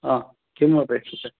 आ किम् अपेक्ष्यते